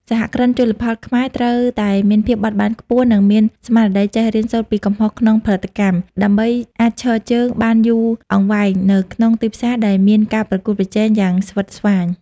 សហគ្រិនជលផលខ្មែរត្រូវតែមានភាពបត់បែនខ្ពស់ និងមានស្មារតីចេះរៀនសូត្រពីកំហុសក្នុងផលិតកម្ម ដើម្បីអាចឈរជើងបានយូរអង្វែងនៅក្នុងទីផ្សារដែលមានការប្រកួតប្រជែងយ៉ាងស្វិតស្វាញ។